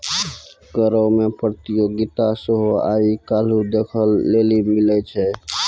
करो मे प्रतियोगिता सेहो आइ काल्हि देखै लेली मिलै छै